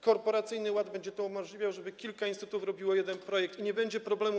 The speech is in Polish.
Korporacyjny ład będzie umożliwiał to, żeby kilka instytutów realizowało jeden projekt, i nie będzie problemu.